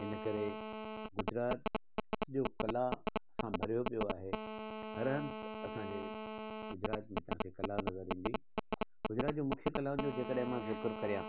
हिन करे गुजरात सॼो कला सां भरियो पियो आहे हर हंधि असांजे गुजरात में तव्हांखे कला नज़र ईंदी गुजरात जो मुख़्य कलाउनि जो जेकरि मां ज़िक्रु कयां